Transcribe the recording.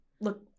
look